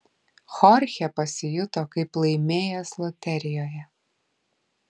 chorchė pasijuto kaip laimėjęs loterijoje